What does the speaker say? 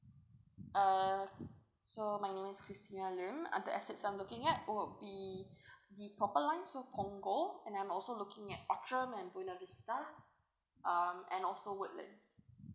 uh so my name is christina lim and the estates I'm looking at would be the purple lines of punggol and I'm also looking at atrium and buono vista um and also woodlands